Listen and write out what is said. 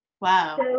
Wow